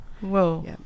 whoa